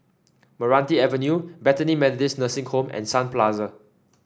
Meranti Avenue Bethany Methodist Nursing Home and Sun Plaza